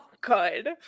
good